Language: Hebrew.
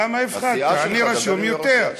אני רשום ליותר.